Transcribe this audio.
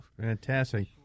Fantastic